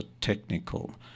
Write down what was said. technical